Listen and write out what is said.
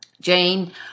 Jane